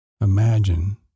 Imagine